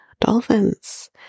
dolphins